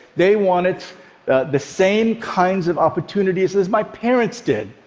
they wanted the same kinds of opportunities as my parents did.